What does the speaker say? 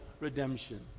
redemption